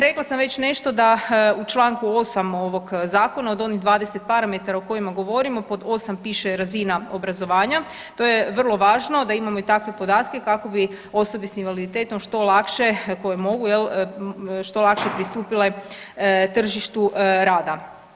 Rekla sam već nešto da u čl. 8. ovog zakona od onih 20 parametara o kojima govorimo pod osam piše razina obrazovanja to je vrlo važno da imamo i takve podatke kako bi osobi s invaliditetom što lakše koje mogu jel što lakše pristupile tržištu rada.